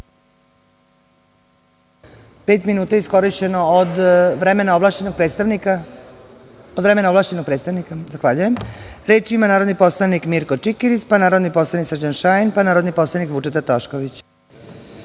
minuta od vremena ovlašćenog predstavnika. Zahvaljujem. Reč ima narodni poslanik Mirko Čikiriz, pa narodni poslanik Srđan Šajn, pa narodni poslanik Vučeta Tošković.